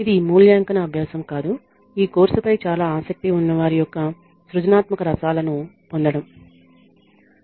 ఇది మూల్యాంకన అభ్యాసము కాదు ఈ కోర్సుపై చాలా ఆసక్తి ఉన్నవారి యొక్క సృజనాత్మక రసాలను పొందడం ఇది